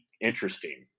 interesting